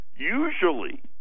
Usually